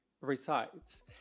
resides